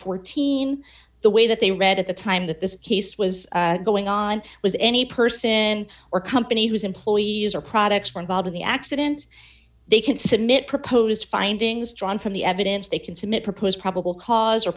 fourteen the way that they read at the time that this case was going on was any person or company has employees or products were involved in the accident they can submit proposed findings drawn from the evidence they can submit propose probable cause